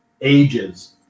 ages